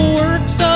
works